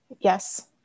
Yes